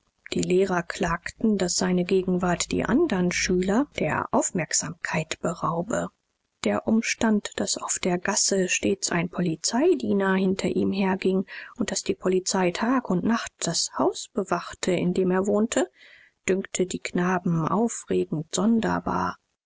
die lehrer klagten daß seine gegenwart die andern schüler der aufmerksamkeit beraube der umstand daß auf der gasse stets ein polizeidiener hinter ihm herging und daß die polizei tag und nacht das haus bewachte in dem er wohnte dünkte die knaben aufregend sonderbar